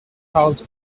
caused